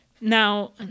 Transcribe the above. Now